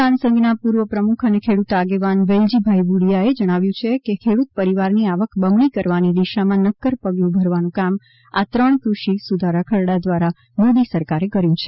કિસાન સંઘના પૂર્વ પ્રમુખ અને ખેડૂત આગેવાન વેલજીભાઈ ભુડીયાએ જણાવ્યુ છે કે ખેડૂત પરિવારની આવક બમણી કરવાની દિશામાં નક્કર પગલું ભરવાનું કામ આ ત્રણ કૃષિ સુધારા ખરડા દ્વારા મોદી સરકારે કર્યું છે